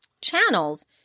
channels